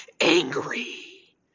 ANGRY